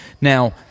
Now